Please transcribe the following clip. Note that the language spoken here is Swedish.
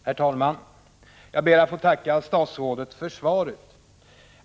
Herr talman! Jag ber att få tacka statsrådet för svaret.